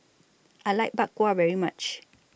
I like Bak Kwa very much